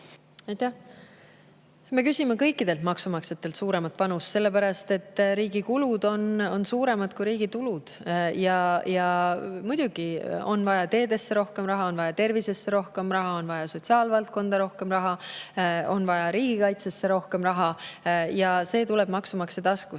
Me küsime kõikidelt maksumaksjatelt suuremat panust, sellepärast et riigi kulud on suuremad kui riigi tulud. Muidugi on vaja teedesse rohkem raha, on vaja tervisesse rohkem raha, on vaja sotsiaalvaldkonda rohkem raha, on vaja riigikaitsesse rohkem raha. Ja see tuleb tervikuna maksumaksja taskust.